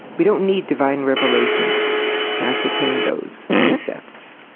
we don't need divine revelation to ascertain those precepts.